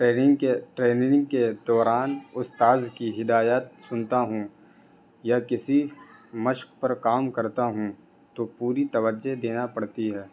training کے training کے دوران استاذ کی ہدایت سنتا ہوں یا کسی مشق پر کام کرتا ہوں تو پوری توجہ دینا پڑتی ہے